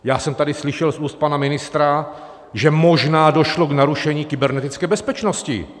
Já jsem tady slyšel z úst pana ministra, že možná došlo k narušení kybernetické bezpečnosti.